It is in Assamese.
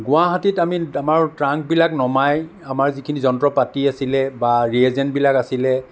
গুৱাহাটীত আমি আমাৰ ট্ৰাংকবিলাক নমাই আমাৰ যিখিনি যন্ত্ৰ পাতি আছিল বা ৰি এজেন্টবিলাক আছিল